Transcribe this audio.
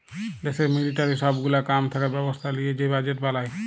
দ্যাশের মিলিটারির সব গুলা কাম থাকা ব্যবস্থা লিয়ে যে বাজেট বলায়